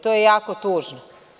To je jako tužno.